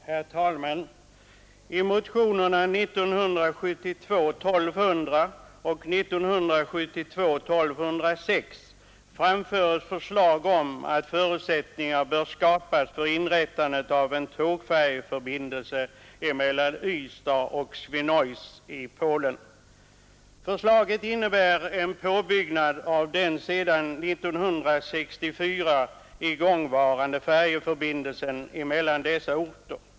Herr talman! I motionerna 1200 och 1206 framföres förslag om att förutsättningar bör skapas för inrättande av en tågfärjeförbindelse mellan Ystad och Swinoujåcie i Polen. Förslaget innebär en påbyggnad av den sedan 1964 igångvarande färjeförbindelsen mellan dessa orter.